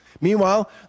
Meanwhile